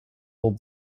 old